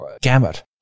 gamut